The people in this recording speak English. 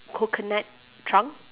coconut trunk